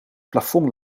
plafond